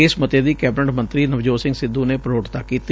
ਇਸ ਮੱਤੇ ਦੀ ਕੈਬਨਿਟ ਮੰਤਰੀ ਨਵਜੋਤ ਸਿੰਘ ਸਿੱਧੂ ਨੇ ਪ੍ਰੋੜਤਾ ਕੀਤੀ